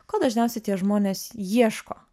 ko dažniausiai tie žmonės ieško